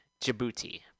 Djibouti